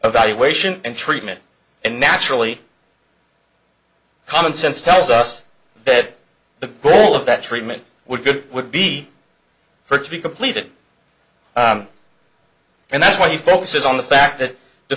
evaluation and treatment and naturally common sense tells us that the goal of that treatment would would be for it to be completed and that's why he focuses on the fact that